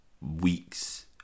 weeks